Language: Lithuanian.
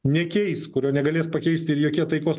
nekeis kurio negalės pakeisti ir jokie taikos